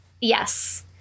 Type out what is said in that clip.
Yes